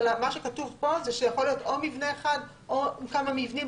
אבל מה שכתוב פה הוא שזה יכול להיות או מבנה אחד או כמה מבנים.